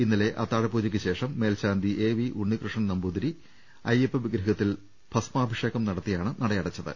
ഇന്നലെ അത്താഴ പൂജക്ക് ശേഷം മേൽശാന്തി എ വി ഉണ്ണികൃഷ്ണൻ നമ്പൂതിരി അയ്യപ്പ വിഗ്രഹത്തിൽ ഭസ്മാഭിഷേകം നട അടച്ചത്